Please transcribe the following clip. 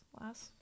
Last